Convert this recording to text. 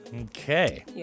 Okay